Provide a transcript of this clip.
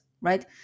right